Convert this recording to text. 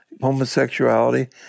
homosexuality